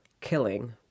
killing